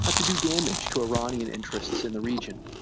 ah to do damage to iranian interests in the region.